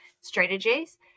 strategies